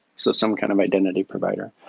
so some kind of identity provider.